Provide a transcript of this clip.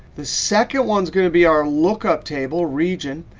the second one is going to be our lookup table, region.